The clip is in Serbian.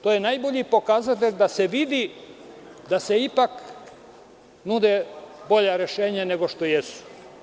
To je najbolji pokazatelj da se vidi da se ipak nude bolja rešenja nego što jesu.